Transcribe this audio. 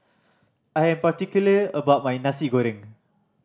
I'm particular about my Nasi Goreng